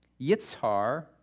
Yitzhar